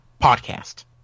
podcast